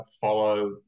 follow